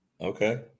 Okay